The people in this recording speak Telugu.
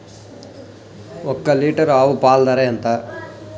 ఒక్క లీటర్ ఆవు పాల ధర ఎంత?